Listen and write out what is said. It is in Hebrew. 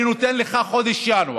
אני נותן לך את חודש ינואר.